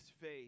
faith